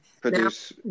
produce